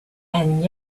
and